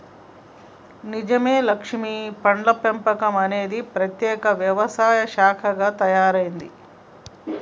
నిజమే లక్ష్మీ పండ్ల పెంపకం అనేది ప్రత్యేక వ్యవసాయ శాఖగా తయారైంది